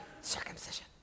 circumcision